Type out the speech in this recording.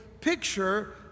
picture